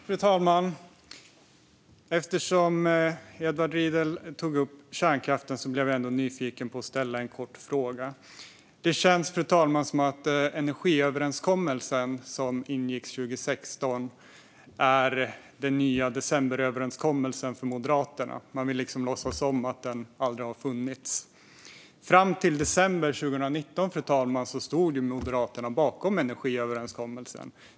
Fru talman! Eftersom Edward Riedl tog upp kärnkraften blev jag nyfiken och vill nu ställa en kort fråga. Det känns som att energiöverenskommelsen som ingicks 2016 är den nya decemberöverenskommelsen för Moderaterna. Man vill liksom låtsas som att den aldrig har funnits. Fram till december 2019 stod Moderaterna bakom energiöverenskommelsen.